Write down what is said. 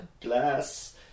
Glass